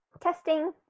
Testing